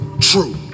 true